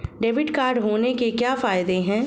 Debit card होने के क्या फायदे हैं?